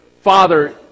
Father